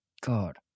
God